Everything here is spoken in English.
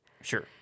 Sure